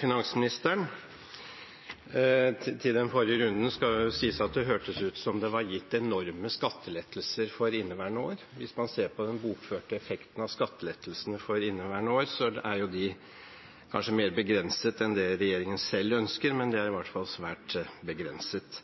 finansministeren. Til den forrige runden skal det sies at det hørtes ut som om det var gitt enorme skattelettelser for inneværende år. Hvis man ser på den bokførte effekten av skattelettelsene for inneværende år, er den kanskje mer begrenset enn det regjeringen selv ønsker, men den er i hvert fall svært begrenset.